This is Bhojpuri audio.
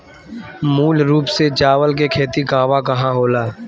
मूल रूप से चावल के खेती कहवा कहा होला?